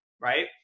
right